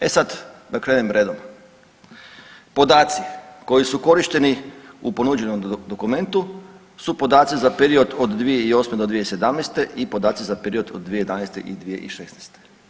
E sad da krenem redom, podaci koji su korišteni u ponuđenom dokumentu su podaci za period od 2008.-2017. i podaci za period od 2011.-2016.